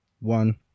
One